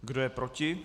Kdo je proti?